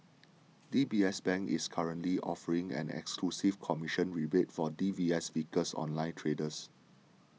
D B S Bank is currently offering an exclusive commission rebate for D B S Vickers online traders